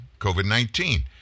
COVID-19